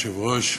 אדוני היושב-ראש,